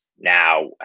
now